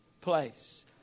place